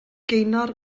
gaynor